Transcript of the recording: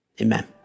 Amen